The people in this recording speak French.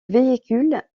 véhicule